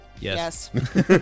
Yes